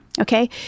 okay